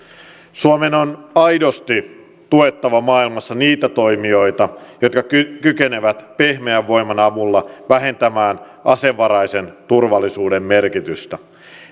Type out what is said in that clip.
suomen on aidosti tuettava maailmassa niitä toimijoita jotka kykenevät pehmeän voiman avulla vähentämään asevaraisen turvallisuuden merkitystä